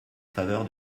faveur